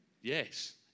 Yes